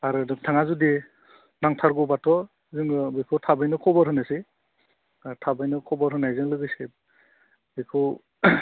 आरो नोंथाङा जुदि नांथारगौब्लाथ' जोङो बेखौ थाबैनो खबर होनोसै आरो थाबैनो खबर होनायजों लोगोसे बेखौ